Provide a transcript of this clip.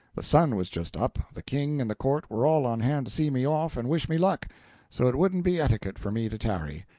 the sun was just up, the king and the court were all on hand to see me off and wish me luck so it wouldn't be etiquette for me to tarry.